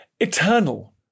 eternal